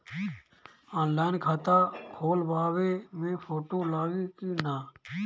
Online खाता खोलबाबे मे फोटो लागि कि ना?